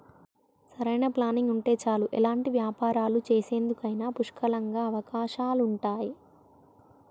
సరైన ప్లానింగ్ ఉంటే చాలు ఎలాంటి వ్యాపారాలు చేసేందుకైనా పుష్కలంగా అవకాశాలుంటయ్యి